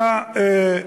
האחרון.